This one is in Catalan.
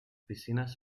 piscines